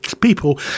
people